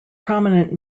prominent